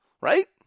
Right